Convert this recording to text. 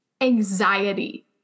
anxiety